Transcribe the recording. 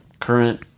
current